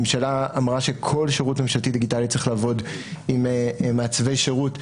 הממשלה אמרה שכל שירות ממשלתי דיגיטלי צריך לעמוד עם מעצבי שירות,